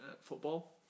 football